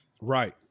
Right